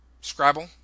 Scrabble